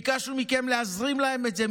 ביקשנו מכם להזרים להם את זה,